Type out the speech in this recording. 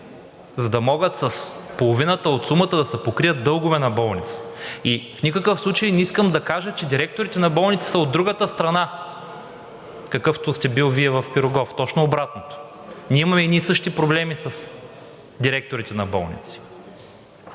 за да могат с половината от сумата да се покрият дългове на болници. И в никакъв случай не искам да кажа, че директорите на болници са от другата страна, какъвто сте били Вие в „Пирогов“, а точно обратното. Ние имаме едни и същи проблеми с директорите на болници,